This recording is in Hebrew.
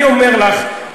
אני אומר לך,